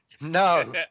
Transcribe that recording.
no